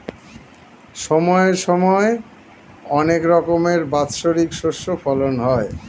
সময় সময় অনেক রকমের বাৎসরিক শস্য ফলন হয়